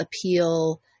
appeal